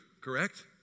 correct